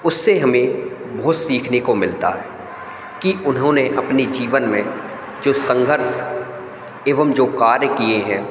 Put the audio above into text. उससे हमें बहुत सीखने को मिलता है कि उन्होंने अपने जीवन में जो संघर्ष एवं जो कार्य किए हैं